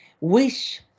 wish